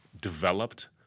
developed